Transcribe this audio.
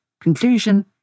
conclusion